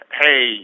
hey